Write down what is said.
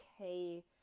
okay